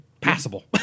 passable